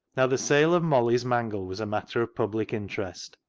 now the sale of molly's mangle was a matter of public interest.